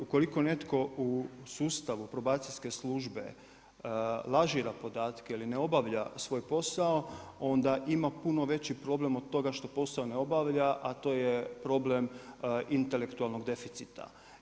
Ukoliko netko u sustavu probacijske službe lažira podatke ili ne obavlja svoj posao, onda ima puno veći problem, od toga što posao ne obavlja, a to je problem intelektualnog deficita.